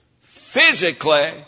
physically